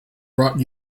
brought